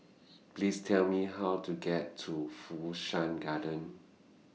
Please Tell Me How to get to Fu Shan Garden